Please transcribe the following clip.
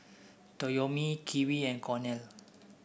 Toyomi Kiwi and Cornell